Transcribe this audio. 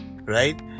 right